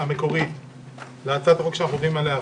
המקורית להצעת החוק שאנחנו עובדים עליה עכשיו.